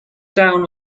down